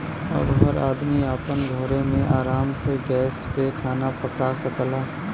अब हर आदमी आपन घरे मे आराम से गैस पे खाना पका सकला